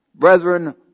Brethren